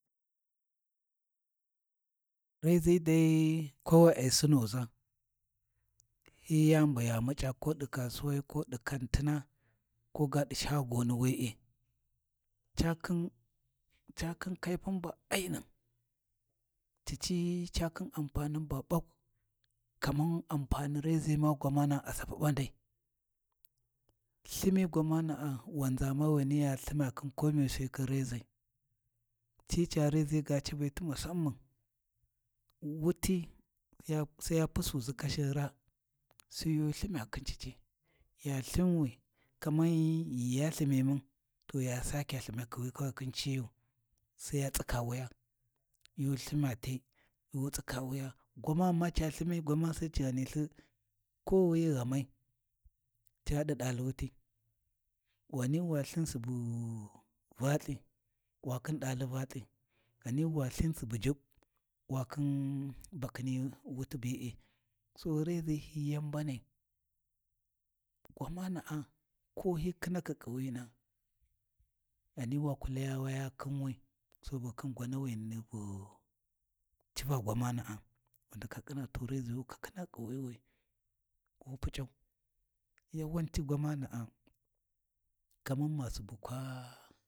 Reʒi dai kowai ai sinu ʒa, hi yani bu ya muc’a ko ɗi kasuwai ko ɗi kantina ko ga ɗi shagoni we’e, ca khin, ca khin kaipun ba ainun, cici cakhin anpanin ba ɓak, kaman anpani reʒi ma gwamana'a a sapu ɓandai, lthimi gwamana’a wanʒame wana ya lthimya khin komiyu sai khin reʒai, cica reʒi ga cabe ti musamman, wuti sai ya pusuʒi kashin raa, sai yu lthimya khin cici, ya lthimyawi kaman ghi ya lthimimun to ya sakya lthimya khi wi kawai khin ciyu, sai ya tsika wuya. Yu lthimya te yu tsika wuya Gwamanima ca lthimi sai ci ghani lthi kowuyi ghamai caɗi ɗaali wuti ghani wa lthin su bu Valthi wakhin ɗaali Valthi, ghani wa lthimi subu jubb wakhin bakhini wut be’e, so reʒi hi yan mbanai. Gwamana’a ko hi khinakhi ƙuwina ghani wa ku laya waya khinwi sabo khin gwanawani bu cuva gwamana’a, wu ndaka ƙhina tu reʒi wu kakhina ƙuwiwi, wu PuC’au, yawan ci gwamana’a, kaman masubu kwaa.